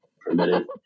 permitted